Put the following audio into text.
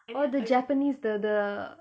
oh the japanese the the